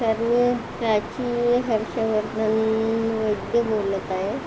sir मी प्राची हर्षवर्धन वैद्य बोलत आहे